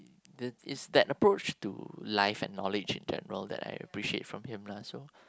the is that approach to life and knowledge in general that I appreciate from him lah so